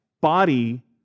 body